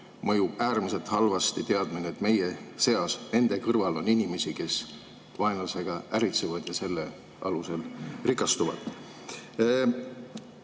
mõjub äärmiselt halvasti teadmine, et meie seas, nende kõrval on inimesi, kes vaenlasega äritsevad ja selle alusel rikastuvad.